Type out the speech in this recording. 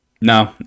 No